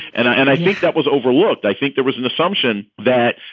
and i and i think that was overlooked. i think there was an assumption that,